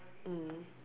mm